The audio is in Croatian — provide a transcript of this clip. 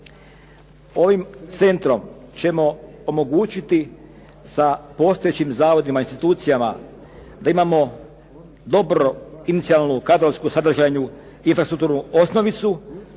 Ovim centrom ćemo omogućiti sa postojećim zavodima i institucijama da imamo dobro inicijalnu kadrovsku, sadržajnu infrastrukturnu osnovicu